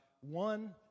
one